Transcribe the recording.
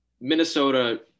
Minnesota